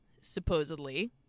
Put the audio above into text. Supposedly